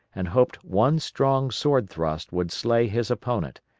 and hoped one strong sword-thrust would slay his opponent,